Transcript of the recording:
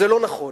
זה לא נכון.